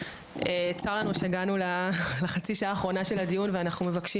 צר לנו שהגענו לחצי השנה האחרונה של הדיון ואנחנו מבקשים